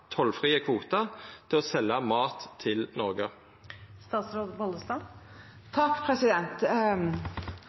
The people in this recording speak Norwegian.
tollfrie kvotar for å selja mat til